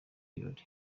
birori